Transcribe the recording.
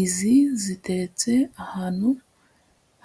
Izi ziteretse ahantu